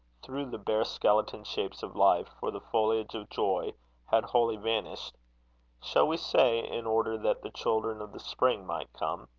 through the bare skeleton shapes of life for the foliage of joy had wholly vanished shall we say in order that the children of the spring might come?